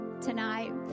tonight